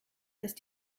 ist